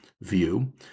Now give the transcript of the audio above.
view